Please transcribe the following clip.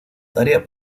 tarea